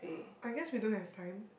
I guess we don't have time